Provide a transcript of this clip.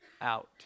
out